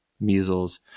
measles